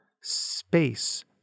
space